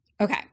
Okay